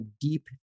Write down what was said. deep